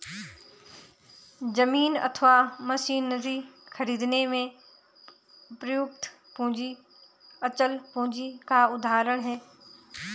जमीन अथवा मशीनरी खरीदने में प्रयुक्त पूंजी अचल पूंजी का उदाहरण है